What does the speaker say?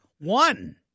One